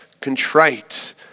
contrite